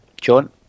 John